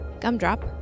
Gumdrop